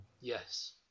Yes